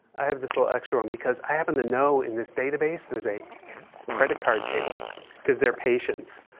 i have this little extra one because i happen to know in this database there's a credit card table because they're patients.